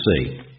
see